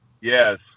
Yes